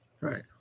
Right